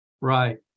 right